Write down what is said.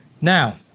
Now